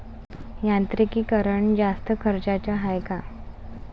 यांत्रिकीकरण जास्त खर्चाचं हाये का?